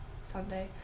Sunday